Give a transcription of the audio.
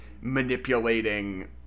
manipulating